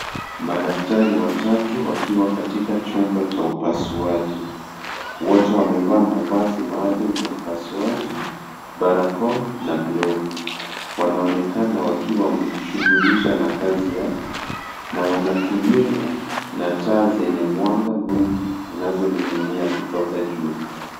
Madaktari watatu wakiwa katika chumba cha upasuaji. Wote wamevaa mavazi maalum ya upasuaji, barakoa na glovu. Wanaonekana wakiwa wamejishughulisha na kazi yao na wanatumiwa na taa zenye mwanga mwingi zinazoning'inia kutoka juu.